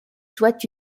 soient